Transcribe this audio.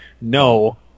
no